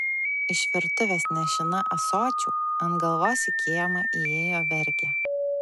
iš virtuvės nešina ąsočiu ant galvos į kiemą įėjo vergė